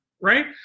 right